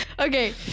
Okay